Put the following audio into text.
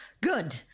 Good